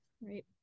right